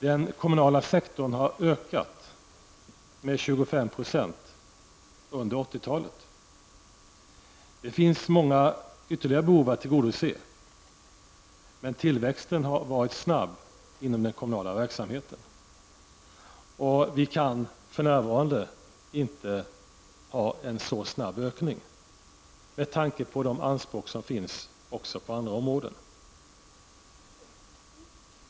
Den kommunala sektorn har ökat med 25 % under 80 talet. Det finns många ytterligare behov att tillgodose, men tillväxten har varit snabb inom den kommunala verksamheten. Vi kan för närvarande inte fortsätta med en så snabb ökning med tankte på de anspråk som finns också på andra områden.